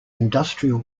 industrial